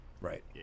Right